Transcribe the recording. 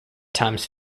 times